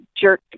jerk